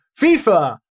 FIFA